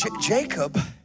Jacob